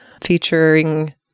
featuring